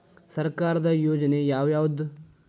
ಸರ್ಕಾರದ ಯೋಜನೆ ಯಾವ್ ಯಾವ್ದ್?